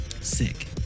Sick